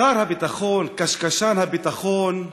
שר הביטחון, קשקשן הביטחון,